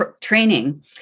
training